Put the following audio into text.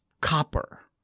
copper